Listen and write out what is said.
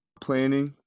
Planning